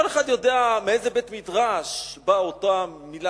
כל אחד יודע מאיזה בית-מדרש באה אותה מלה